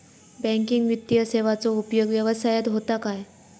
Banking वित्तीय सेवाचो उपयोग व्यवसायात होता काय?